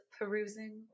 perusing